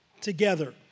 together